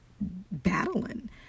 battling